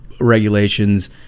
regulations